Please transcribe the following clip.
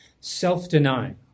self-denying